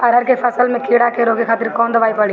अरहर के फसल में कीड़ा के रोके खातिर कौन दवाई पड़ी?